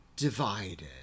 divided